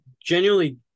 Genuinely